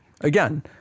again